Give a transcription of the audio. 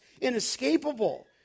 inescapable